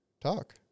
talk